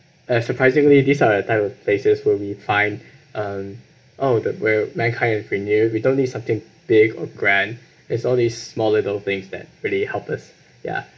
and surprisingly these are the type of places where we'll find um oh that where mankind oh renewed we don't need something big or grand is all these small little things that really help us ya